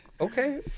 Okay